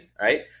right